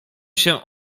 się